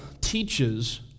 teaches